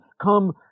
come